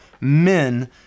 men